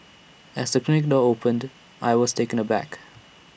as the clinic door opened I was taken aback